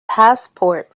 passport